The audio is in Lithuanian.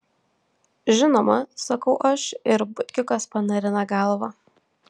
žinoma sakau aš ir butkiukas panarina galvą